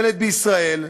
ילד בישראל,